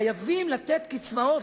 חייבים לתת קצבאות,